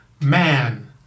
man